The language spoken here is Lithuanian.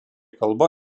kalba